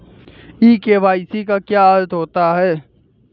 ई KYC का क्या अर्थ होता है?